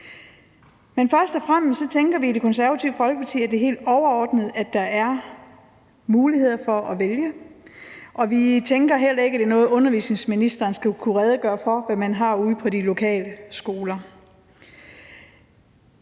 Først og fremmest tænker vi i Det Konservative Folkeparti, at det helt overordnede er, at der er muligheder for at vælge. Og vi tænker heller ikke, at det er noget, børne- og undervisningsministeren skal kunne redegøre for, altså hvad man har ude på de lokale skoler.